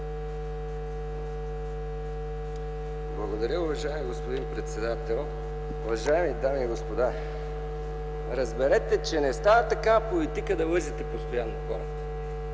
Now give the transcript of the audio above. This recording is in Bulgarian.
Благодаря, уважаеми господин председател. Уважаеми дами и господа, разберете, че не става такава политика да лъжете постоянно хората